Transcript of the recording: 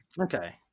okay